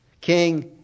King